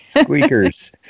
squeakers